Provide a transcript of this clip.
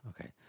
okay